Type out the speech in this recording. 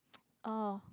oh